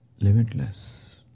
limitless